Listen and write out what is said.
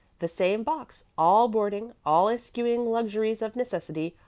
the same box. all boarding, all eschewing luxuries of necessity,